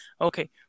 Okay